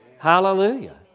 Hallelujah